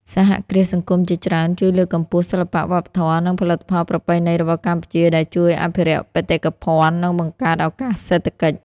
សហគ្រាសសង្គមជាច្រើនជួយលើកកម្ពស់សិល្បៈ វប្បធម៌ និងផលិតផលប្រពៃណីរបស់កម្ពុជា ដែលជួយអភិរក្សបេតិកភណ្ឌ និងបង្កើតឱកាសសេដ្ឋកិច្ច។